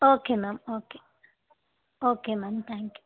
okay ma'am okay okay ma'am thank you